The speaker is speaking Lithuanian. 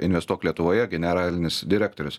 investuok lietuvoje generalinis direktorius